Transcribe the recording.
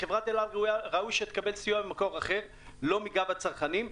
וחברת אל על ראוי שתקבל סיוע לא מגב הצרכנים.